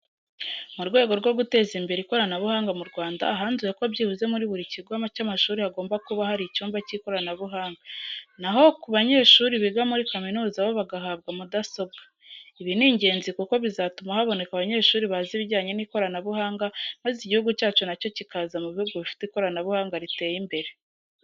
Mu rwego rwo guteza imbere ikoranabuhanga mu Rwanda hanzuwe ko byibuze muri buri kigo cy'amashuri hagomba buka hari icyumba k'ikoranabuhanga. Na ho ku banyeshuri biga muri kaminuza bo bagahabwa mudasobwa. Ibi ni ingenzi kuko bizatuma haboneka abanyeshuri bazi ibijyanye n'ikoranabuhanga maze igihugu cyacu na cyo kikaza mu buhugu bifite ikoranabuhanga riteye imbere.